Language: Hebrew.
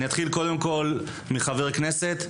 אתחיל מחבר כנסת,